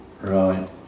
Right